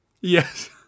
Yes